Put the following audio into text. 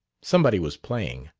somebody was playing.